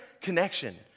Connection